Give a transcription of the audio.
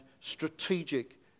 strategic